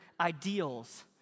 ideals